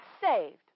saved